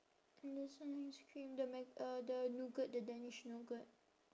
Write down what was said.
there's one ice cream the mc~ uh the nougat the danish nougat